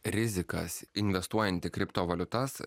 rizikas investuojant į kriptovaliutas